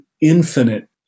infinite